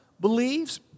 believes